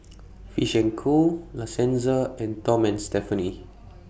Fish and Co La Senza and Tom and Stephanie